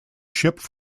shipped